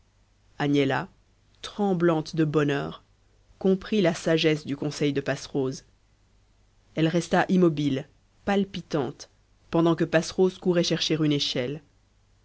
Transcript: agnella tremblante de bonheur comprit la sagesse du conseil de passerose elle resta immobile palpitante pendant que passerose courait chercher une échelle